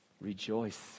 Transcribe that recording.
Rejoice